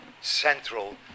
central